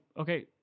okay